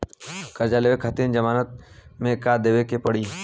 कर्जा लेवे खातिर जमानत मे का देवे के पड़ी?